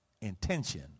intention